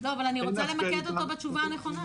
לא, אבל אני רוצה למקד אותו בתשובה הנכונה.